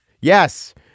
yes